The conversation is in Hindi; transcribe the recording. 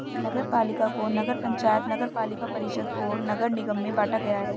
नगरपालिका को नगर पंचायत, नगरपालिका परिषद और नगर निगम में बांटा गया है